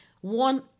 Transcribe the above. one